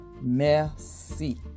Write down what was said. merci